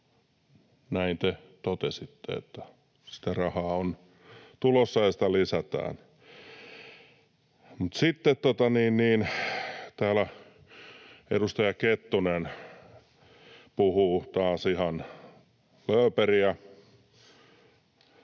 Näin te totesitte, että sitä rahaa on tulossa ja sitä lisätään. Mutta sitten täällä edustaja Kettunen puhuu taas ihan lööperiä.